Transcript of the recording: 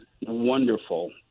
wonderful